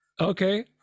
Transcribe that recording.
okay